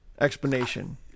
explanation